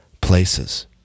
places